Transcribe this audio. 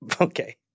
Okay